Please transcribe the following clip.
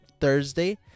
Thursday